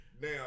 Now